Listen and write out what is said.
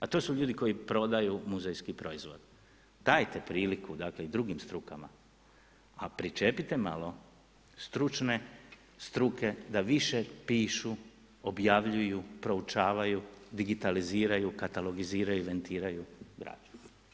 A to su ljudi koji prodaju muzejski proizvod, dajte priliku i drugim strukama, a pričepite malo stručne struke da više pišu, objavljuju, proučavaju, digitaliziraju, katalogiziraju, inventiraju građu.